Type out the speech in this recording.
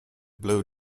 blow